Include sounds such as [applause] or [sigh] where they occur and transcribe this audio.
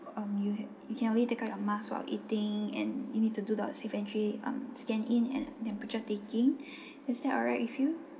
um you had you can only take out your mask while eating and you need to do the auxiliary um scan in and temperature taking [breath] is that all right with you